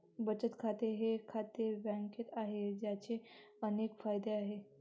बचत खाते हे खाते बँकेत आहे, ज्याचे अनेक फायदे आहेत